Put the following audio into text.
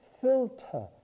filter